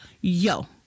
yo